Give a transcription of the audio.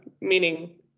meaning